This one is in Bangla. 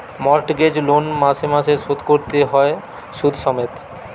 মর্টগেজ লোন মাসে মাসে শোধ কোরতে হয় শুধ সমেত